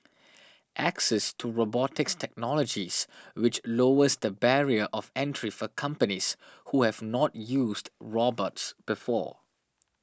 access to robotics technologies which lowers the barrier of entry for companies who have not used robots before